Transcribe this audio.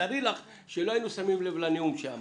תארי לך שלא היינו שמים לב לנאום שלך